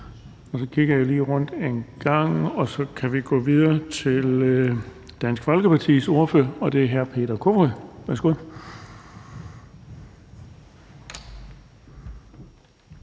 Og så kigger jeg lige rundt engang – så kan vi gå videre til Dansk Folkepartis ordfører, og det er hr. Peter Kofod. Værsgo.